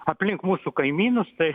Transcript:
aplink mūsų kaimynus tai